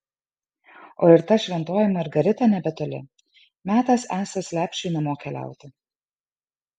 o ir ta šventoji margarita nebetoli metas esąs lepšiui namo keliauti